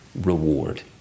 reward